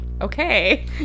Okay